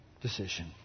decision